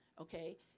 okay